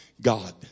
God